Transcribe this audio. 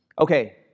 Okay